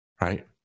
Right